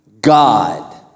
God